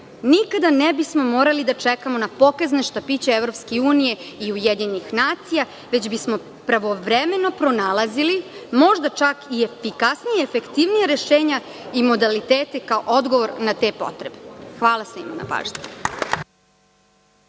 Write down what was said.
nikada ne bismo morali da čekamo na pokazne štapiće EU i UN, već bismo pravovremeno pronalazili, možda čak i efikasnija i efektivnija rešenja i modaliteta kao odgovor na te potrebe. Hvala svima na pažnji.